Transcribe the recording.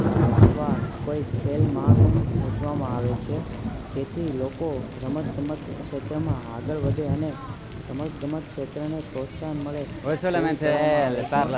અથવા કોઈ ખેલ મહાકુંભ રચવામાં આવે છે જેથી લોકો રમત ગમત ક્ષેત્રમાં આગળ વધે અને રમત ગમત ક્ષેત્રને પ્રોત્સાહન મળે તેવું કરવામાં આવે છે